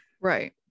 Right